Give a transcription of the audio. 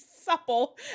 supple